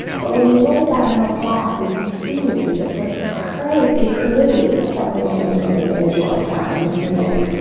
but when you look at that middle slide, you can see that because the create a separation between individual family and the community.